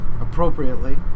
appropriately